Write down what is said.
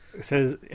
Says